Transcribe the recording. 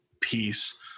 peace